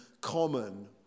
common